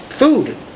food